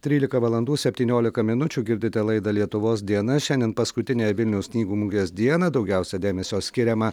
trylika valandų septyniolika minučių girdite laidą lietuvos diena šiandien paskutiniąją vilniaus knygų mugės dieną daugiausiai dėmesio skiriama